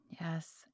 Yes